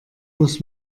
muss